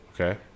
Okay